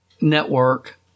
network